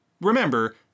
remember